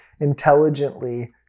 intelligently